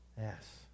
Yes